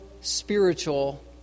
spiritual